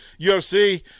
UFC